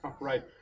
Right